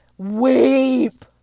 Weep